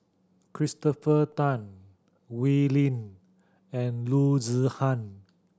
Christopher Tan Wee Lin and Loo Zihan